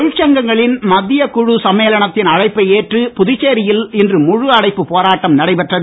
தொழிற்சங்கங்களின் மத்திய குழு சம்மேளனத்தின் அழைப்பை ஏற்று புதுச்சேரியில் இன்று முழு அடைப்பு போராட்டம் நடைபெற்றது